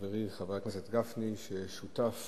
חבר הכנסת גפני, ששותף